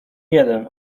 jeden